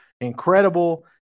incredible